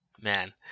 man